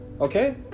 Okay